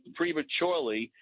prematurely